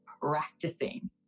practicing